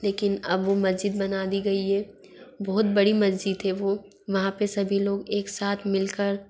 लेकिन अब वो मस्जित बना दी गई है बहुत बड़ी मस्जित है वो वहाँ पर सभी लोग एक साथ मिल कर